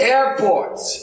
Airports